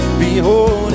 behold